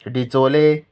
Dicholi